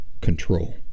control